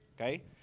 Okay